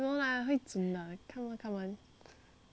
no lah 会准的 come on come on